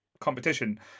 competition